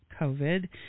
COVID